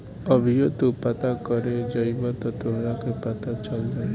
अभीओ तू पता करे जइब त तोहरा के पता चल जाई